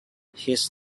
his